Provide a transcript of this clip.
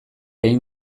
egin